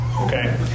okay